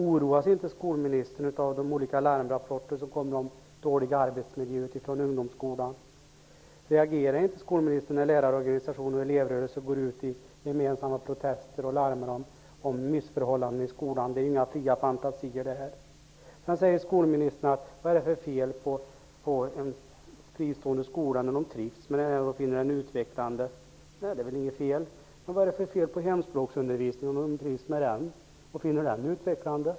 Oroas inte skolministern av de larmrapporter som kommer om dålig miljö i ungdomsskolan? Reagerar inte skolministern när lärarorganisationer och elevrörelser går ut i gemensamma protester och larmar om missförhållanden i skolan? Det är inga fria fantasier. Skolministern säger vidare: Vad är det för fel på en fristående skola som man trivs med och finner utvecklande? Det är väl inget fel på en sådan. Men vad är det för fel på hemspråksundervisningen, om man trivs med den och finner den utvecklande?